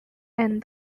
and